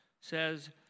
says